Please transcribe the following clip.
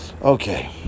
Okay